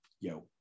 Yo